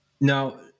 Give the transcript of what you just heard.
Now